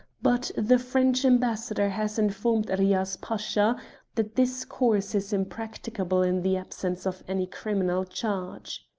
but the french ambassador has informed riaz pasha that this course is impracticable in the absence of any criminal charge.